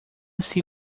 see